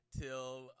till